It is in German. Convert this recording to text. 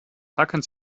tackern